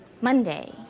Monday